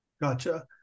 gotcha